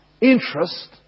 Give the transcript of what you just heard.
interest